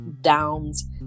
Downs